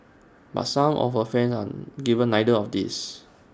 but some of her friends are given neither of these